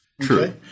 True